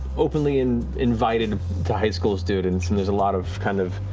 openly and invited to high school students, and there's a lot of, kind of